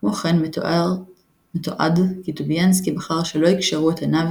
כמו כן מתועד כי טוביאנסקי בחר שלא יקשרו את עיניו